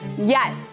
Yes